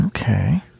Okay